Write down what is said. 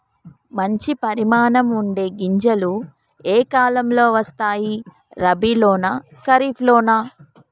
మంచి పరిమాణం ఉండే గింజలు ఏ కాలం లో వస్తాయి? రబీ లోనా? ఖరీఫ్ లోనా?